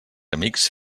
amics